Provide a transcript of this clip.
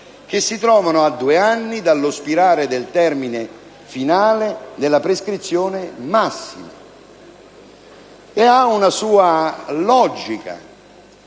che si trovano a due anni dallo spirare del termine finale della prescrizione massima. Ciò ha una sua logica.